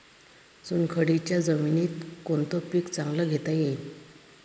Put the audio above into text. चुनखडीच्या जमीनीत कोनतं पीक चांगलं घेता येईन?